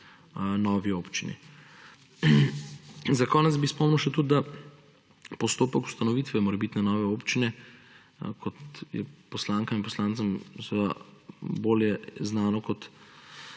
novi občini. Za konec bi spomnil še tudi, da postopek ustanovitve morebitne nove občine, kar je poslankam in poslancem bolje znano kot